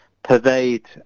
pervade